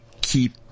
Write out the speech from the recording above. keep